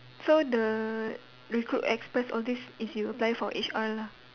so the the recruit express all these you applied for H_R lah